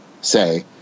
say